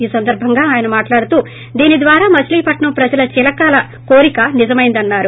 ఈ సందర్బంగా ఆయన మాట్లాడుతూ దీని ద్వారా మచిలీపట్నం ప్రజల చిరకాల కోరిక నిజమైందన్నారు